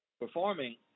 performing